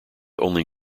only